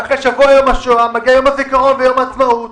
ואחרי שבוע מיום השואה מגיעים יום הזיכרון ויום העצמאות,